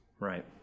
Right